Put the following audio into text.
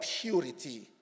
purity